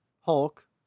Hulk